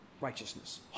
righteousness